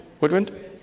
woodwind